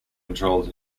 controlled